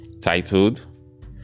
titled